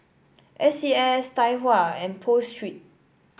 S C S Tai Hua and Pho Street